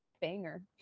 banger